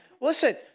Listen